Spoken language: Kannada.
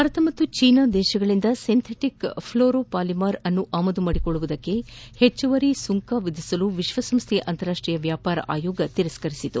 ಭಾರತ ಮತ್ತು ಚೀನಾದಿಂದ ಸಿಂಥೆಟಿಕ್ ಫ್ಲೋರೊಪಾಲಿಮಾರ್ ಅನ್ನು ಆಮದು ಮಾಡಿಕೊಳ್ಳುವುದಕ್ಕೆ ಹೆಚ್ಚುವರಿ ಸುಂಕ ವಿದಿಸಲು ವಿಶ್ವಸಂಸ್ಥೆಯ ಅಂತಾರಾಷ್ಷೀಯ ವ್ಲಾಪಾರ ಆಯೋಗ ತಿರಸ್ತರಿಸಿದೆ